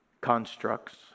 constructs